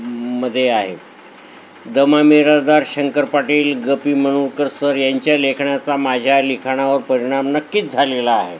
मध्ये आहे द मा मिरासदार शंकर पाटील ग पी मनूरकर सर यांच्या लेखनाचा माझ्या लिखाणावर परिणाम नक्कीच झालेला आहे